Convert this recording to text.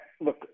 Look